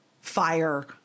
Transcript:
fire